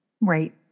Right